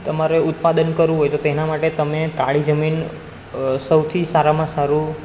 તમારે ઉત્પાદન કરવું હોય તો તેના માટે તમે કાળી જમીન સૌથી સારામાં સારું